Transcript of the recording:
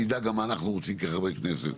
נדע גם מה אנחנו רוצים כחברי כנסת.